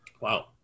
Wow